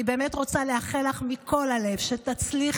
אני באמת רוצה לאחל לך מכל הלב שתצליחי.